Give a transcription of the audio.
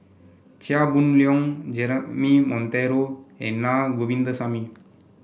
Chia Boon Leong Jeremy Monteiro and Naa Govindasamy